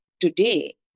today